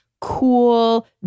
cool